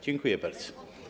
Dziękuję bardzo.